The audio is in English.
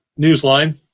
Newsline